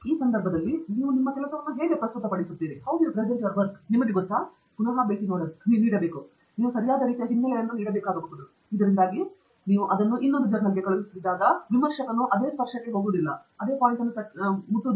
ಈ ಸಂದರ್ಭದಲ್ಲಿ ನೀವು ನಿಮ್ಮ ಕೆಲಸವನ್ನು ಹೇಗೆ ಪ್ರಸ್ತುತಪಡಿಸುತ್ತೀರಿ ನಿಮಗೆ ಗೊತ್ತಾ ಪುನಃ ಭೇಟಿ ನೀಡಬೇಕು ನೀವು ಸರಿಯಾದ ರೀತಿಯ ಹಿನ್ನೆಲೆಯನ್ನು ನೀಡಬೇಕಾಗಬಹುದು ಇದರಿಂದಾಗಿ ನೀವು ಅದನ್ನು ಇನ್ನೊಂದು ಜರ್ನಲ್ಗೆ ಕಳುಹಿಸಿದಾಗ ವಿಮರ್ಶಕನು ಅದೇ ಸ್ಪರ್ಶಕ್ಕೆ ಹೋಗುವುದಿಲ್ಲ